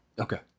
Okay